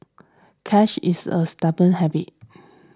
cash is a stubborn habit